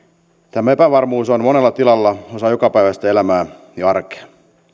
tämä epävarmuus on monella tilalla osa jokapäiväistä elämää ja arkea